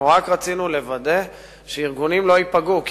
רק רצינו לוודא שארגונים לא ייפגעו,